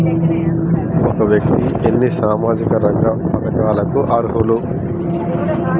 ఒక వ్యక్తి ఎన్ని సామాజిక రంగ పథకాలకు అర్హులు?